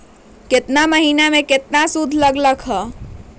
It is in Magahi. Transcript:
केतना महीना में कितना शुध लग लक ह?